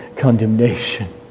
Condemnation